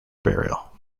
burial